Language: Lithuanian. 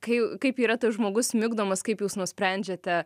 kai kaip yra tas žmogus migdomas kaip jūs nusprendžiate